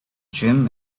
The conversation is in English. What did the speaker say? gym